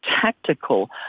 tactical